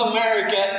America